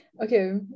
okay